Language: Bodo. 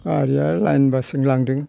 गारिया लाइन बासजों लांदों